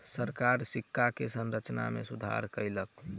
सरकार सिक्का के संरचना में सुधार कयलक